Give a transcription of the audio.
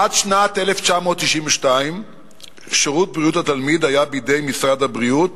עד שנת 1992 שירות בריאות התלמיד היה בידי משרד הבריאות,